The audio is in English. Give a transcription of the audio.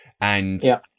And-